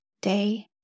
day